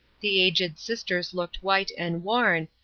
the aged sisters looked white and worn,